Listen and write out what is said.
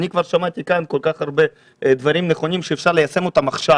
אני כבר שמעתי כאן כל כך הרבה דברים נכונים שאפשר ליישם אותם עכשיו,